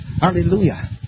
Hallelujah